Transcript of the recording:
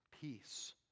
peace